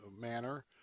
manner